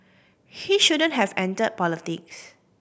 he shouldn't have entered politics